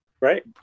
right